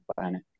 planet